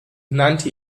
nannte